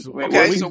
okay